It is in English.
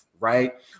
right